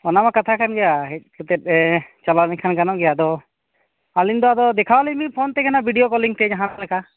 ᱚᱱᱟ ᱢᱟ ᱠᱟᱛᱷᱟ ᱠᱟᱱ ᱜᱮᱭᱟ ᱦᱮᱡ ᱠᱟᱛᱮᱫ ᱮ ᱪᱟᱞᱟᱣ ᱞᱮᱱᱠᱷᱟᱱ ᱜᱟᱱᱚᱜ ᱜᱮᱭᱟ ᱟᱫᱚ ᱟᱹᱞᱤᱧ ᱫᱚ ᱟᱫᱚ ᱫᱮᱠᱷᱟᱣ ᱟᱹᱞᱤᱧ ᱵᱮᱱ ᱯᱷᱳᱱ ᱛᱮᱜᱮ ᱱᱟᱦᱟᱜ ᱵᱷᱤᱰᱭᱳ ᱠᱚᱞᱤᱝᱛᱮ ᱡᱟᱦᱟᱸ ᱞᱮᱠᱟ